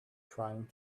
trying